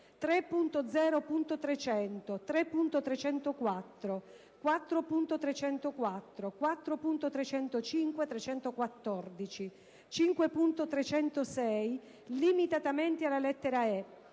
3.0.300, 3.304, 4.304, 4.305, 4.314, 5.306 (limitatamente alla lettera